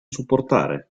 supportare